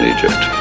Egypt